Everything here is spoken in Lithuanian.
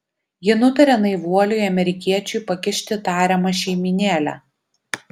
ji nutaria naivuoliui amerikiečiui pakišti tariamą šeimynėlę